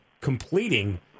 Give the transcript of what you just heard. completing